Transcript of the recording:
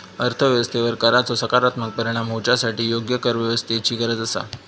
अर्थ व्यवस्थेवर कराचो सकारात्मक परिणाम होवच्यासाठी योग्य करव्यवस्थेची गरज आसा